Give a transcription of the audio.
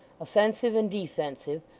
offensive and defensive,